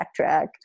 backtrack